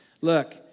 Look